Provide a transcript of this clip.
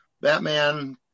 Batman